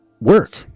work